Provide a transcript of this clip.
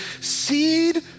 Seed